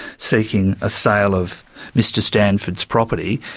seeking a sale of mr stanford's property,